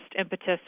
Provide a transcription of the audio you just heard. impetus